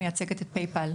מייצגת את PayPal.